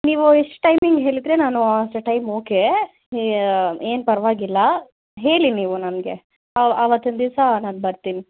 ನೀವು ಎಷ್ಟು ಟೈಮಿಂಗ್ ಹೇಳಿದರೆ ನಾನು ಅಷ್ಟು ಟೈಮ್ ಓಕೆ ಏನು ಪರವಾಗಿಲ್ಲ ಹೇಳಿ ನೀವು ನನಗೆ ಆವತ್ತಿನ ದಿವಸಾ ನಾನು ಬರ್ತಿನಿ